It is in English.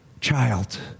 child